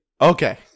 Okay